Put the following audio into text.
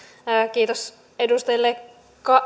kiitos edustajille